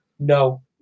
No